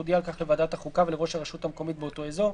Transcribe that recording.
תודיע על כך לוועדת החוקה ולראש הרשות המקומית באותו אזור,